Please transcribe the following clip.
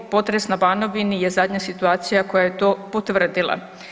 Potres na Banovini je zadnja situacija koja je to potvrdila.